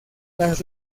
las